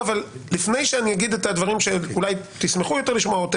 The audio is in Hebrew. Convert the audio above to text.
לפני שאני אגיד את הדברים שאולי תשמחו יותר לשמוע,